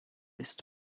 ist